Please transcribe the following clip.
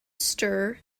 stir